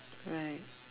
right